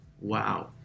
Wow